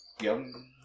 Yum